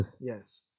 yes